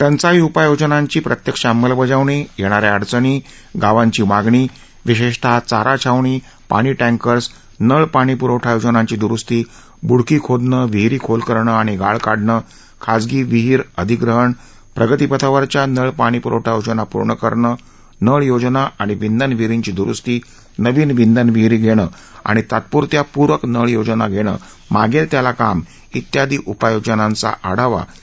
टंचाई उपाययोजनांची प्रत्यक्ष अंमलबजावणी येणाऱ्या अडचणी गावांची मागणी विशेषता चारा छावणी पाणी टॅंकर्स नळपाणीपुरवठा योजनांची दुरुस्ती बुडकी खोदणं विहिरी खोल करणं आणि गाळ काढणं खाजगी विहीर अधिग्रहण प्रगतीपथावरच्या नळपाणीपुरवठा योजना पूर्ण करणं नळ योजना आणि विंधन विहिरींची दुरुस्ती नवीन विंधन विहिरी घेणं आणि तात्पुरत्या पूरक नळ योजना घेणं मागेल त्याला काम वियादी उपाययोजनांचा आढावा प्रा